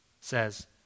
says